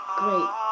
great